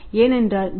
ஏனென்றால் G